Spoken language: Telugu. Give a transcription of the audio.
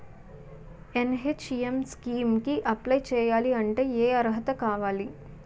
ఎన్.హెచ్.ఎం స్కీమ్ కి అప్లై చేయాలి అంటే ఏ అర్హత కావాలి?